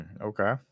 okay